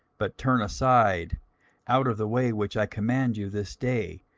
but turn aside out of the way which i command you this day,